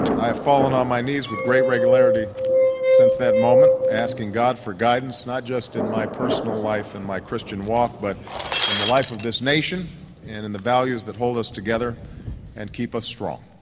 i have fallen on my knees with great regularity since that moment, asking god for guidance not just in my personal life and my christian walk, but in the life of this nation and in the values that hold us together and keep us strong.